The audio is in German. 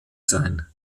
sein